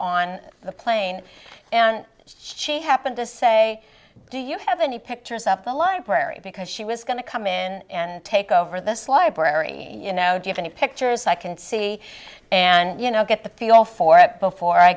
on the plane and she happened to say do you have any pictures of the library because she was going to come in and take over this library you know give any pictures i can see and you know get the feel for it before i